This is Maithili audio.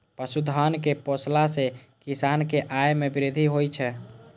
पशुधन कें पोसला सं किसान के आय मे वृद्धि होइ छै